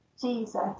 Jesus